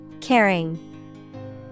Caring